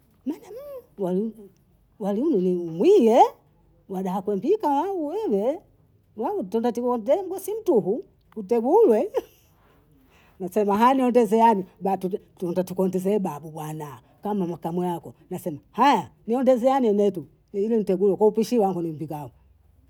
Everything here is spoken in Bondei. Maana wali huu ni umwie, wadaha kondika au wewe, yani tindatimuoja mgosi mtuhu, utegule, msemwa hani ndezi yani, batu ndo tukundze babu bwana, kama mwakamu wako, nasema haya, nendezi yane netu, ili ntegue, ko pishi langu nimpikao